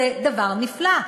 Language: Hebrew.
זה דבר נפלא,